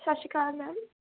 ਸਤਿ ਸ਼੍ਰੀ ਅਕਾਲ ਮੈਮ